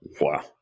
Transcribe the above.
Wow